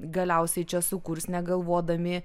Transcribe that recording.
galiausiai čia sukurs negalvodami